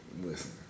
listen